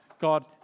God